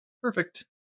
Perfect